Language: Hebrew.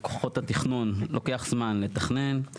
לכוחות התכנון לוקח זמן לתכנן,